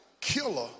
killer